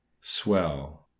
Swell